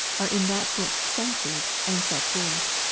are in that book censured and set forth